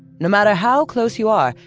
no matter how close you are,